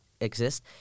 exist